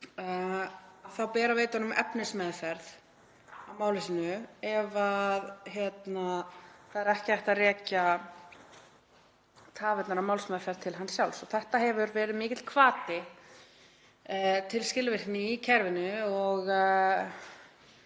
þá ber að veita honum efnismeðferð í máli sínu ef það er ekki hægt að rekja tafirnar á málsmeðferð til hans sjálfs. Þetta hefur verið mikill hvati til skilvirkni í kerfinu og